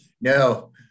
No